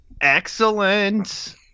Excellent